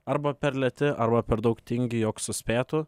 arba per lėti arba per daug tingi jog suspėtų